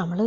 നമ്മൾ